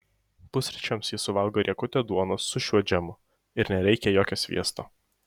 pusryčiams ji suvalgo riekutę duonos su šiuo džemu ir nereikia jokio sviesto